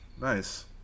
Nice